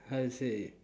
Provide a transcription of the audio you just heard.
how to say